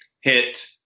hit